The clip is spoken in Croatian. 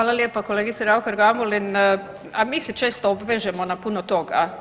Hvala lijepa kolegice Raukar Gamulin, a mi se često obvežemo na puno toga.